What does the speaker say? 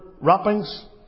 wrappings